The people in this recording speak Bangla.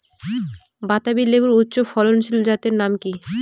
বাতাবি লেবুর উচ্চ ফলনশীল জাতের নাম কি?